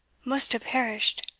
must have perished.